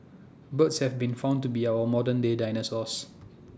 birds have been found to be our modern day dinosaurs